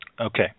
Okay